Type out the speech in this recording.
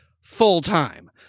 full-time